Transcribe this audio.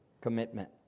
commitment